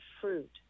fruit